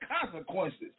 consequences